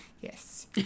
Yes